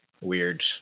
weird